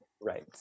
Right